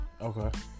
Okay